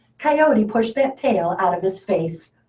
coyote pushed that tail out of his face.